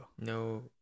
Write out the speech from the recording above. No